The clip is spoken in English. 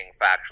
factually